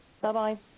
Bye-bye